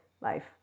life